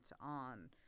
on